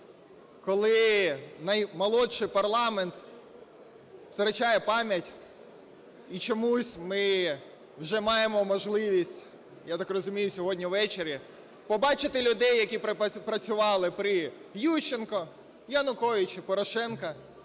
коли наймолодший парламент втрачає пам'ять, і чомусь ми вже маємо можливість, я так розумію, сьогодні увечері, побачити людей, які працювали при Ющенку, Януковичу, Порошенку,